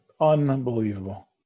Unbelievable